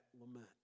lament